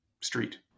street